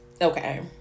Okay